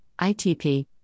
ITP